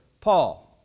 Paul